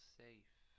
safe